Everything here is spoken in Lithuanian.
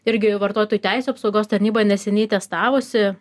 irgi vartotojų teisių apsaugos tarnyba neseniai testavusi